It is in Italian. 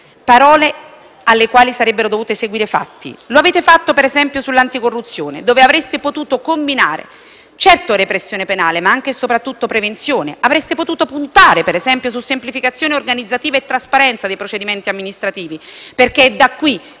parole alle quali sarebbero dovuti seguire fatti. Lo avete fatto, per esempio, sull'anticorruzione, dove avreste potuto combinare, certo, repressione penale ma anche e soprattutto prevenzione, avreste potuto puntare, per esempio, su semplificazione organizzativa e trasparenza dei procedimenti amministrativi, perché è da qui